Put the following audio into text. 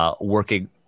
working